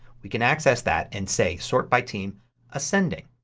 we can access that and say sort by team ascending.